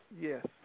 yes